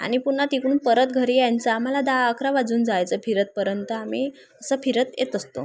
आणि पुन्हा तिकडून परत घरी यायचं आम्हाला दहा अकरा वाजून जायचं फिरेपर्यंत आम्ही असं फिरत येत असतो